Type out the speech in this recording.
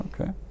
Okay